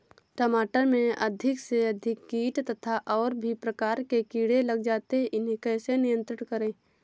टमाटर में अधिक से अधिक कीट तथा और भी प्रकार के कीड़े लग जाते हैं इन्हें कैसे नियंत्रण करें?